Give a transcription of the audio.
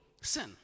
sin